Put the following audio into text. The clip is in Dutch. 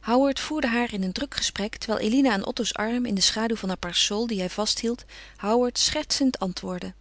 howard voerde haar in een druk gesprek terwijl eline aan otto's arm in de schaduw van haar parasol die hij vasthield howard schertsend antwoordde